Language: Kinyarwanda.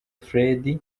fred